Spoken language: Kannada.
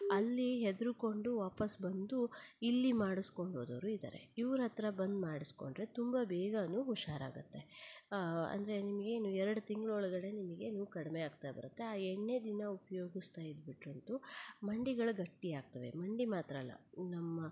ಅಲ್ಲಿ ಹೆದ್ರಿಕೊಂಡು ವಾಪಸ್ ಬಂದು ಇಲ್ಲಿ ಮಾಡಸ್ಕೊಂಡು ಹೋದವರೂ ಇದ್ದಾರೆ ಇವ್ರ ಹತ್ತಿರ ಬಂದು ಮಾಡಿಸ್ಕೊಂಡ್ರೆ ತುಂಬ ಬೇಗನೂ ಹುಷಾರಾಗತ್ತೆ ಅಂದರೆ ನಿಮಗೇನು ಎರಡು ತಿಂಗ್ಳ ಒಳಗಡೆ ನಿಮಗೆ ನೋವು ಕಡಿಮೆ ಆಗ್ತಾ ಬರತ್ತೆ ಆ ಎಣ್ಣೆ ದಿನ ಉಪ್ಯೋಗಿಸ್ತಾ ಇದ್ಬಿಟ್ರೆ ಅಂತೂ ಮಂಡಿಗಳು ಗಟ್ಟಿ ಆಗ್ತವೆ ಮಂಡಿ ಮಾತ್ರ ಅಲ್ಲ ನಮ್ಮ